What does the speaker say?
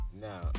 Now